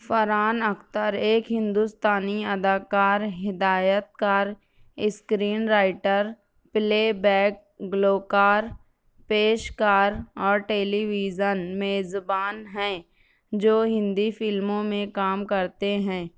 فرحان اختر ایک ہندوستانی اداکار ہدایت کار اسکرین رائٹر پلے بیک گلوکار پیش کار اور ٹیلی ویژن میزبان ہیں جو ہندی فلموں میں کام کرتے ہیں